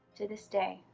to this day,